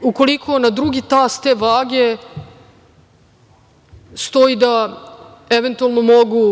ukoliko na drugi tas te vage stoji da eventualno mogu